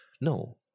No